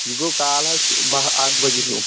یہِ گوٚو کال حظ باہ اکھ بَجے ہیوٗ